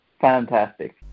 fantastic